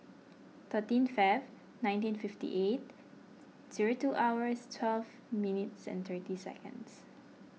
thirteen February nineteen fifty eight zero two hours twelve minutes seconds